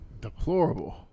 Deplorable